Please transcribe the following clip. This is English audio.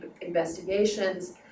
investigations